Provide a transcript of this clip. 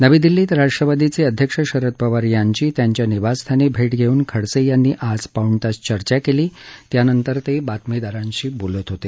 नवी दिल्लीत राष्ट्रवादीचे अध्यक्ष शरद पवार यांची त्यांच्या निवासस्थानी भेट घेऊन खडसे यांनी आज पाऊण तास चर्चा केली त्यानंतर ते बातमीदारांशी बोलत होते